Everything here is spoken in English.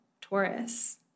Taurus